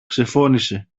ξεφώνισε